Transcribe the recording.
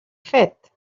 fet